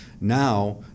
Now